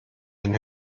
den